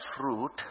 fruit